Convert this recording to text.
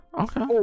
okay